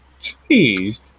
Jeez